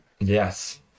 Yes